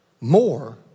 more